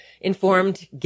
informed